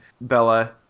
Bella